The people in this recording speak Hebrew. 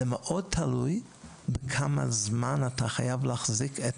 זה מאוד תלוי בכמה זמן אתה חייב להחזיק את